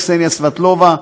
קסניה סבטלובה,